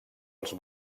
als